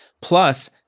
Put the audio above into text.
Plus